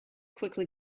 quickly